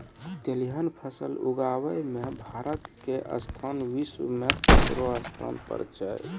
तिलहन फसल उगाबै मॅ भारत के स्थान विश्व मॅ तेसरो स्थान पर छै